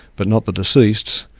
but not the deceased's.